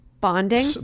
bonding